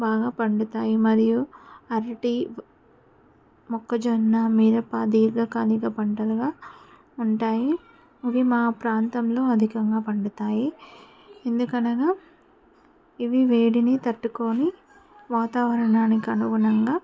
బాగా పండుతాయి మరియు అరటి మొక్కజొన్న మిరప దీర్ఘకాలిక పంటలుగా ఉంటాయి అవి మా ప్రాంతంలో అధికంగా పండుతాయి ఎందుకనగా ఇవి వేడిని తట్టుకుని వాతావరణానికి అనుగుణంగా